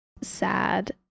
sad